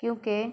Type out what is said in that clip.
کیونکہ